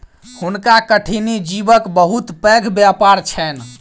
हुनका कठिनी जीवक बहुत पैघ व्यापार छैन